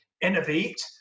innovate